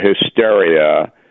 hysteria